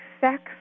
sex